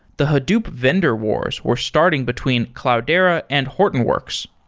the hadoop vendor wars were starting between cloudera and hortonworks.